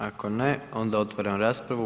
Ako ne, onda otvaram raspravu.